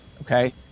okay